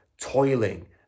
toiling